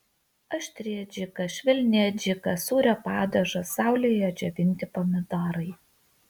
aštri adžika švelni adžika sūrio padažas saulėje džiovinti pomidorai